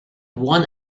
one